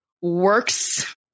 works